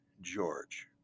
George